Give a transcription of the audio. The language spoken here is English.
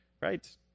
right